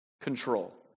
control